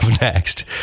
next